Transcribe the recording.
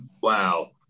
Wow